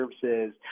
services